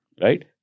Right